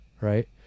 right